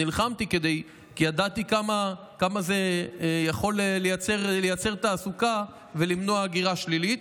שנלחמתי כי ידעתי כמה זה יכול לייצר תעסוקה ולמנוע הגירה שלילית.